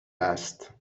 است